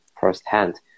firsthand